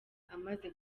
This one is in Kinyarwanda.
amaze